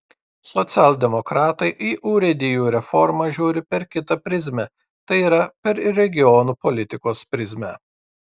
socialdemokratai į urėdijų reformą žiūri per kitą prizmę tai yra per regionų politikos prizmę